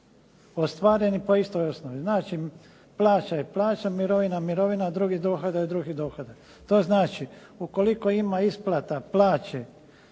ostvareni po istoj osnovi. Znači, plaća je plaća, mirovina je mirovina, a drugi dohodak je drugi dohodak. To znači ukoliko ima isplata plaće